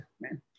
man